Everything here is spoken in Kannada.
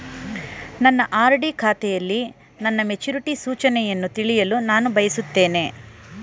ನನ್ನ ಆರ್.ಡಿ ಖಾತೆಯಲ್ಲಿ ನನ್ನ ಮೆಚುರಿಟಿ ಸೂಚನೆಯನ್ನು ತಿಳಿಯಲು ನಾನು ಬಯಸುತ್ತೇನೆ